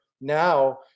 now